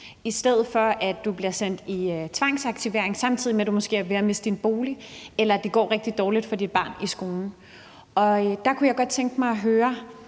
i stedet for at du bliver sendt i tvangsaktivering, samtidig med at du måske er ved at miste din bolig eller det går rigtig dårligt for dit barn i skolen. Der kunne jeg godt tænke mig at høre